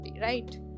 Right